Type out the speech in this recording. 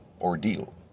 ordeal